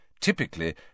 Typically